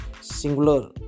singular